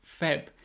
Feb